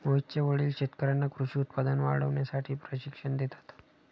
मोहितचे वडील शेतकर्यांना कृषी उत्पादन वाढवण्यासाठी प्रशिक्षण देतात